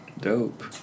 Dope